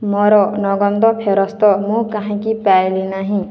ମୋର ନଙ୍ଗନ୍ଦ ଫେରସ୍ତ ମୁଁ କାହିଁକି ପାଇଲି ନାହିଁ